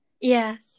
Yes